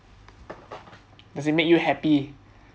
does it make you happy